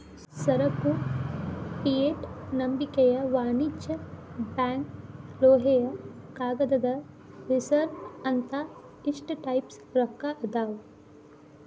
ಸರಕು ಫಿಯೆಟ್ ನಂಬಿಕೆಯ ವಾಣಿಜ್ಯ ಬ್ಯಾಂಕ್ ಲೋಹೇಯ ಕಾಗದದ ರಿಸರ್ವ್ ಅಂತ ಇಷ್ಟ ಟೈಪ್ಸ್ ರೊಕ್ಕಾ ಅದಾವ್